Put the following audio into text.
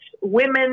women